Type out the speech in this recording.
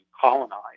colonize